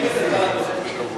ועדות.